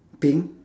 pink